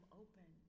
open